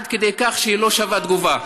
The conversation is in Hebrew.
עד כדי כך שהיא לא שווה תגובה.